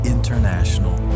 International